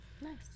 Nice